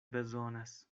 bezonas